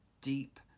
deep